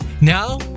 Now